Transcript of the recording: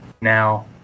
now